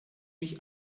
mich